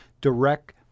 direct